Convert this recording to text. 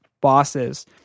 bosses